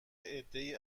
عدهای